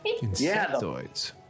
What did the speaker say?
Insectoids